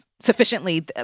sufficiently